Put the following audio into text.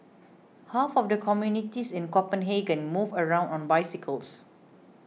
half of the communities in Copenhagen move around on bicycles